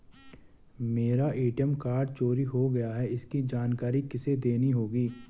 मेरा ATM card चोरी हो गया है इसकी जानकारी किसे देनी होगी?